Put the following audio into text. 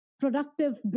productive